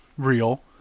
real